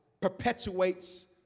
perpetuates